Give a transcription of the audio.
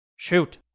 Shoot